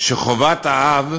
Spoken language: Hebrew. שחובת האב,